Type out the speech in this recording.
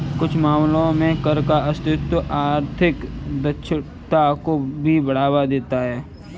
कुछ मामलों में कर का अस्तित्व आर्थिक दक्षता को भी बढ़ावा देता है